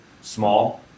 small